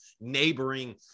neighboring